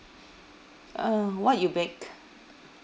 ah what you bake